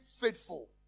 faithful